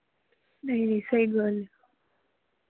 ਨਹੀਂ ਸਹੀ ਗੱਲ